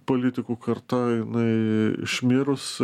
politikų karta jinai išmirus